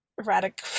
erratic